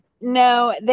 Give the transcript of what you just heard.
no